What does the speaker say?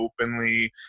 openly